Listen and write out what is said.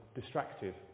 distracted